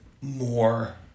more